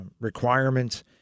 requirements